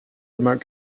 remote